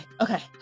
okay